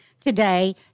today